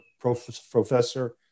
professor